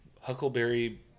Huckleberry